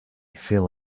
feel